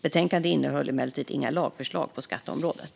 Betänkandet innehöll emellertid inga lagförslag på skatteområdet.